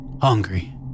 Hungry